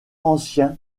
ancien